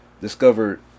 Discovered